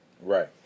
Right